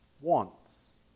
wants